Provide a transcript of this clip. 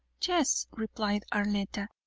yes, replied arletta,